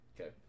Okay